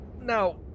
Now